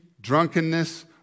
drunkenness